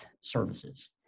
services